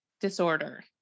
disorder